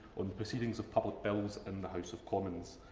on proceedings of public bills in the house of commons.